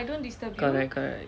correct correct